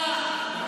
בואו נספר,